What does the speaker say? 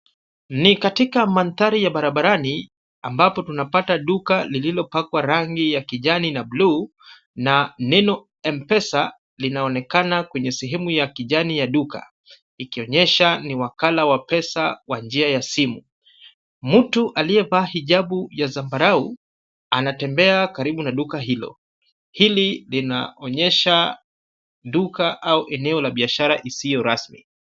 Ni katika mandhari ya barabarani ambapo tunapata duka lililopakwa rangi ya kijani na buluu na neno M-Pesa linaonekana kwenye sehemu ya kijani ya duka likionyesha ni wakala wa pesa ya njia ya simu. Mtu aliyevaa hijabu ya zambarao anatembea karibu na duka hilo. Hili linaonyesha duka au eneo la biashara isiyo rasmi.